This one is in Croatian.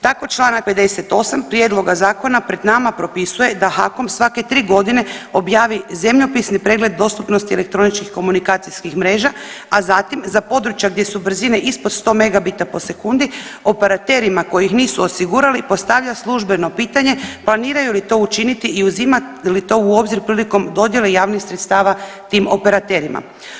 Tako čl. 58. prijedloga zakona pred nama propisuje da HAKOM svake 3.g. objavi zemljopisni pregled dostupnosti elektroničkih komunikacijskih mreža, a zatim za područja gdje su brzine ispod 100 megabita po sekundi operaterima koji ih nisu osigurali postavlja službeno pitanje planiraju li to učiniti i uzimaju li to u obzir prilikom dodjele javnih sredstava tim operaterima.